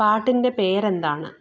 പാട്ടിൻ്റെ പേരെന്താണ്